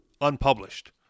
unpublished